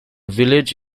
village